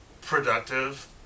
productive